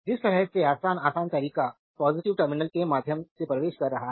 जिस तरह से आसान आसान तरीका पॉजिटिव टर्मिनल के माध्यम से प्रवेश कर रहा है